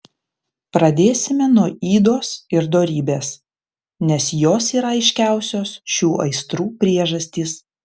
pradėsime nuo ydos ir dorybės nes jos yra aiškiausios šių aistrų priežastys